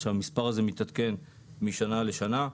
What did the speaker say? והמספר הזה מתעדכן משנה לשנה.